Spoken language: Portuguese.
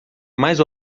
mais